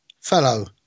fellow